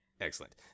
excellent